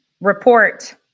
report